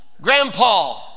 grandpa